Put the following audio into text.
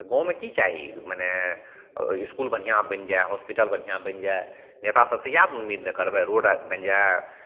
गाममे कि चाही मने इसकुल बढ़िआँ बनि जाए हॉसपिटल बढ़िआँ बनि जाए नेता सबसे इएह ने उम्मीद करबै रोड बनि जाए